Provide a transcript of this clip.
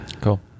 Cool